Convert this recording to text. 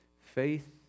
Faith